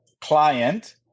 client